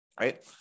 Right